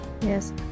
Yes